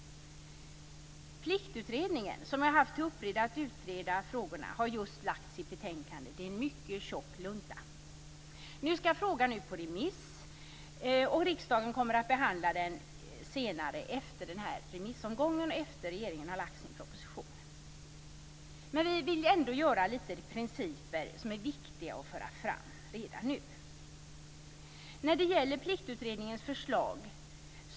Pliktutredningen har haft till uppgift att utreda frågorna och har just lagt fram sitt betänkande. Det är en mycket tjock lunta. Nu ska frågan ut på remiss, och riksdagen kommer att behandla den efter den här remissomgången och efter det att regeringen har lagt fram sin proposition. Men vi vill ändå föra fram några viktiga principer redan nu.